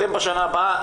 אתם בשנה הבאה,